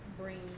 bring